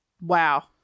Wow